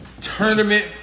tournament